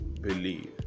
believe